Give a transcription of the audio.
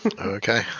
okay